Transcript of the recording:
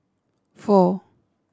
four